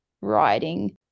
writing